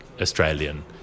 Australian